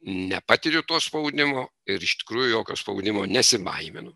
nepatiriu to spaudimo ir iš tikrųjų jokio spaudimo nesibaiminu